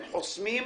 הם חוסמים,